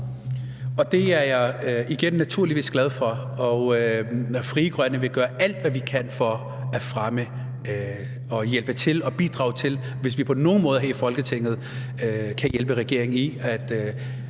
– igen – naturligvis glad for, og Frie Grønne vil gøre alt, hvad vi kan, for at fremme og hjælpe og bidrage, hvis vi på nogen måde her i Folketinget kan hjælpe regeringen